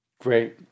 Great